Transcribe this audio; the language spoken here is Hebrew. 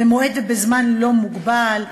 במועד ובזמן לא מוגבל,